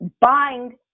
Bind